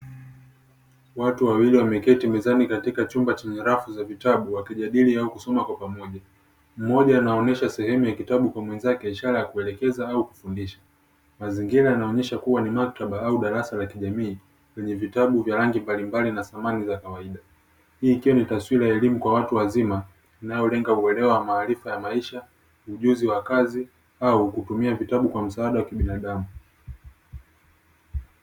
Watu wawili wameketi mezani katika chumba chenye rafu za vitabu wakijadili au kusoma kwa pamoja. Mmoja anaonyesha sehemu ya kitabu kwa mwenzake ishara ya kuelekeza au kufundisha. Mazingira yanaonyesha kuwa ni maktaba au darasa la kijamii lenye vitabu vya rangi mbalimbali na samani za kawaida, hii ikiwa ni taswira ya elimu kwa watu wazima, inayolenga uelewa wa maarifa ya maisha, ujuzi wa kazi au kutumia vitabu kwa msaada wa kibinadamu.